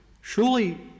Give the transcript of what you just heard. Surely